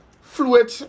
fluid